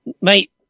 Mate